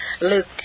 Luke